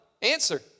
Answer